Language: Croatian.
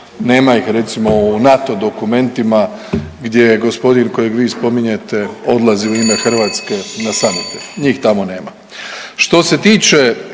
nema ih recimo u NATO dokumentima gdje je gospodin kojeg vi spominjete odlazi u ime Hrvatske na summit, njih tamo nema.